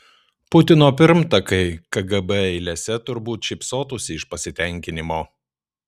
putino pirmtakai kgb eilėse turbūt šypsotųsi iš pasitenkinimo